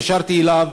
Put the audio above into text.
התקשרתי אליו